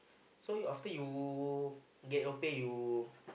so you after you get your pay you